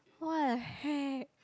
what the heck